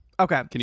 Okay